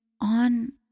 on